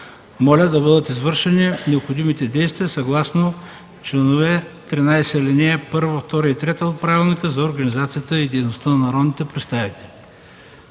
Моля да бъдат извършени необходимите действия съгласно чл. 13, алинеи 1, 2 и 3 от Правилника за организацията и